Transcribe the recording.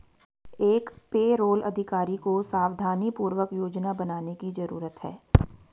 एक पेरोल अधिकारी को सावधानीपूर्वक योजना बनाने की जरूरत है